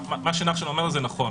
מה שנחשון אומר זה נכון.